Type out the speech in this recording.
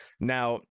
now